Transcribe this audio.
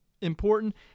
important